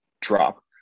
drop